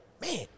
man